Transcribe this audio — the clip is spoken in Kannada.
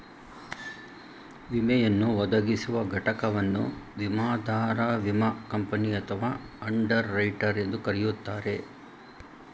ವಿಮೆಯನ್ನು ಒದಗಿಸುವ ಘಟಕವನ್ನು ವಿಮಾದಾರ ವಿಮಾ ಕಂಪನಿ ಅಥವಾ ಅಂಡರ್ ರೈಟರ್ ಎಂದು ಕರೆಯುತ್ತಾರೆ